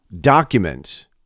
document